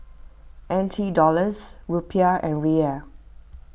N T Dollars Rupiah and Riel